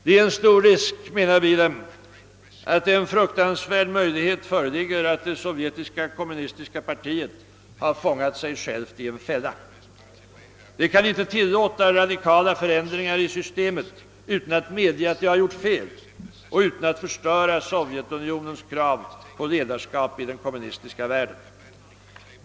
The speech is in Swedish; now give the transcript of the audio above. Det finns, menar Beedham, en stor risk att en fruktansvärd möjlighet föreligger att det sovjetiska kommunistiska partiet har fångat sig självt i en fälla. Det kan inte tillåta radikala förändringar i systemet utan att medge att det har gjort fel och utan att förstöra Sovjetunionens krav på ledarskap i den kommunistiska världen.